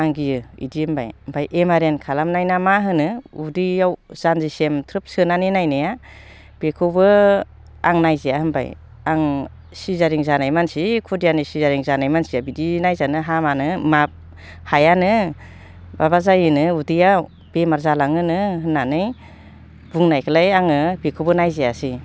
आं गियो बिदि होनबाय ओमफ्राय एम आर आइ खालामनाय ना मा होनो उदैयाव जान्जिसिम थ्रोब सोनानै नायनाया बेखौबो आं नायजाया होनबाय आं सिजारिन जानाय मानसि खुदियानि सिजारिन जानाय मानसिया बिदि नायजानो हामानो मा हायानो माबा जायोनो उदैयाव बेमार जालाङोनो होननानै बुंनायखायलाय आङो बेखौबो नायजायासै